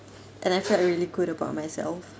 I felt really good about myself